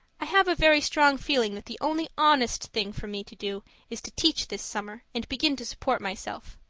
i have a very strong feeling that the only honest thing for me to do is to teach this summer and begin to support myself.